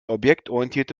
objektorientierte